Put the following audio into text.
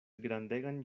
grandegan